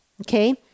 okay